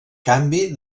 canvi